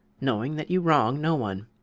knowing that you wrong no one.